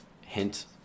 hint